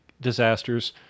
disasters